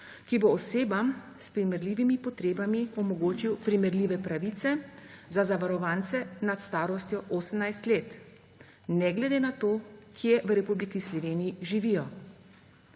ki bo osebam s primerljivimi potrebami omogočil primerljive pravice za zavarovance nad starostjo 18 let ne glede na to, kje v Republiki Sloveniji živijo.